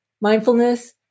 mindfulness